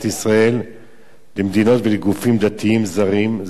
למדינות ולגופים דתיים זרים, זה דבר שבאמת